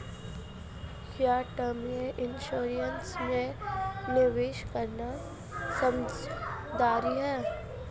क्या term insurance में निवेश करना समझदारी है?